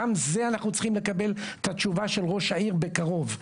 גם זה אנחנו צריכים לקבל את התשובה של ראש העיר בקרוב,